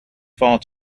far